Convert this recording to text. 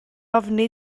ofni